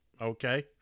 Okay